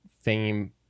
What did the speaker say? fame